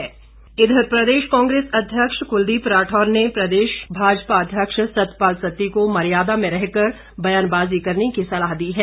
कुलदीप राठौर इधर प्रदेश कांग्रेस अध्यक्ष कुलदीप राठौर ने भाजपा प्रदेश अध्यक्ष सतपाल सत्ती को मर्यादा में रहकर बयानबाजी करने की सलाह दी है